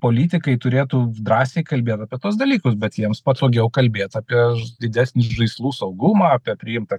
politikai turėtų drąsiai kalbėt apie tuos dalykus bet jiems patogiau kalbėt apie didesnį žaislų saugumą apie priimtą